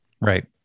Right